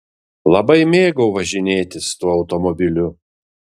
labai mėgau važinėtis tuo automobiliu